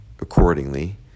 accordingly